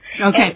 Okay